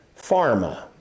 Pharma